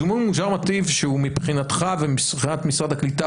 סימון מאושר נתיב שהוא מבחינתך ומבחינת משרד הקליטה,